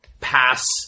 pass